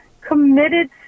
committed